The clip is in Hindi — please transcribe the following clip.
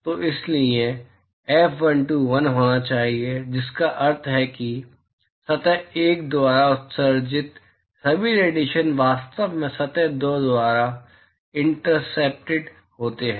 तो इसलिए F12 1 होना चाहिए जिसका अर्थ है कि सतह एक द्वारा उत्सर्जित सभी रेडिएशन वास्तव में सतह दो द्वारा इंटरसेप्टेड होते हैं